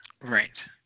Right